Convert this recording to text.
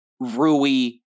Rui